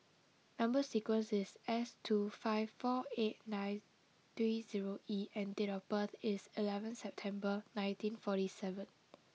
number sequence is S two five four eight nine three zero E and date of birth is eleven September nineteen forty seven